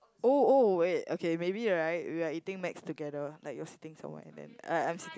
oh oh wait okay maybe right we are eating Mac's together like you are sitting somewhere and then I I'm sitting